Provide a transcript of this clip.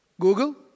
Google